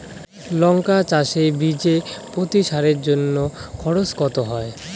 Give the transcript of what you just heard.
লঙ্কা চাষে বিষে প্রতি সারের জন্য খরচ কত হয়?